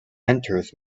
enters